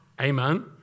Amen